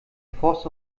forst